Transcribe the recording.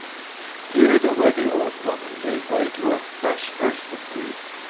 here the worthy old woman gave way to a fresh burst of grief,